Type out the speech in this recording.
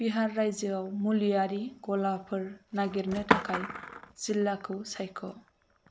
बिहार रायजोआव मुलिआरि गलाफोर नागिरनो थाखाय जिल्लाखौ सायख'